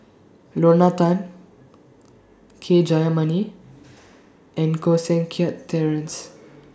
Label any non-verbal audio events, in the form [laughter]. [noise] Lorna Tan K Jayamani and Koh Seng Kiat Terence